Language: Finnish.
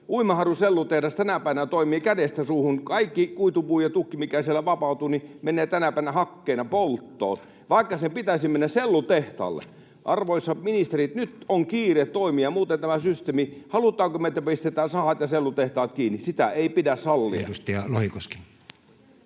Uimaharjun sellutehdas tänä päivänä toimii kädestä suuhun. Kaikki kuitupuu ja tukki, mikä siellä vapautuu, menee tänä päivänä hakkeena polttoon, vaikka sen pitäisi mennä sellutehtaalle. Arvoisat ministerit, nyt on kiire toimia. Halutaanko me, että muuten tämä systeemi, sahat ja sellutehtaat, pistetään kiinni? Sitä ei pidä sallia.